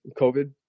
COVID